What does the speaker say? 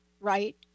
right